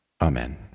Amen